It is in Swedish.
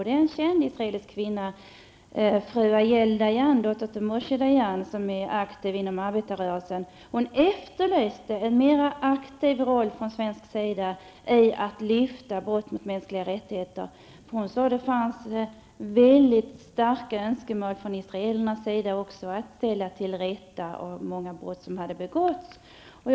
Det är en känd israelisk kvinna, fru Yael Dayan, dotter till Moshe Dayan. Hon är aktiv inom arbetarrörelsen. Hon efterlyste en mer aktiv svensk roll i att lyfta fram brott mot mänskliga rättigheter. Hon sade att det fanns mycket starka önskemål från israelernas sida att ställa många av de brott som hade begåtts till rätta.